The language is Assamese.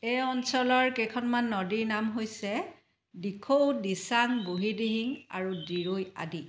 এই অঞ্চলৰ কেইখনমান নদীৰ নাম হৈছে দিখৌ দিচাং বুঢ়ীদিহিং আৰু দিৰৈ আদি